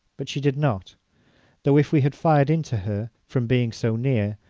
but she did not though if we had fired into her, from being so near,